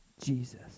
Jesus